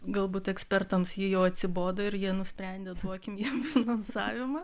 galbūt ekspertams ji jau atsibodo ir jie nusprendė duokim jiem finansavimą